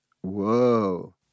whoa